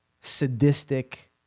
sadistic